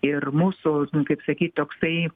ir mūsų kaip sakyt toksai